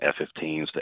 F-15s